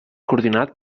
coordinat